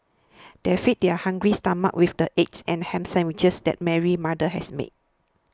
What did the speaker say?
they fed their hungry stomachs with the egg and ham sandwiches that Mary's mother has made